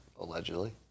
allegedly